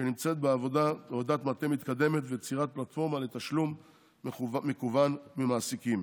שנמצאת בעבודת מטה מתקדמת ויצירת פלטפורמה לתשלום מקוון ממעסיקים